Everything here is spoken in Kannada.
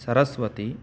ಸರಸ್ವತಿ